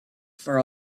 for